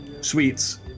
Sweets